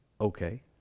Okay